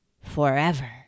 Forever